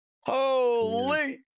Holy